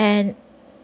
and